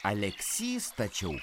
aleksys tačiau